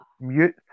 mute